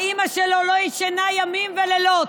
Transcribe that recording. האימא שלו לא ישנה ימים ולילות,